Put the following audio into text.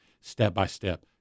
step-by-step